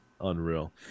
Unreal